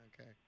okay